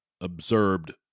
observed